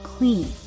clean